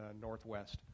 Northwest